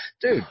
Dude